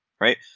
Right